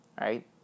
right